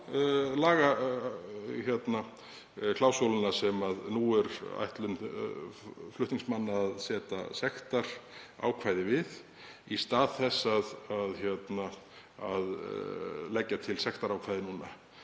lagaklásúluna sem nú er ætlun flutningsmanna að setja sektarákvæði við í stað þess að leggja til sektarákvæði núna.